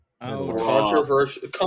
Controversial